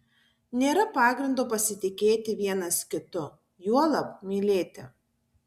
nėra pagrindo pasitikėti vienas kitu juolab mylėti